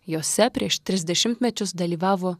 jose prieš tris dešimtmečius dalyvavo